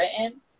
written